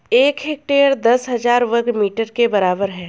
एक हेक्टेयर दस हजार वर्ग मीटर के बराबर है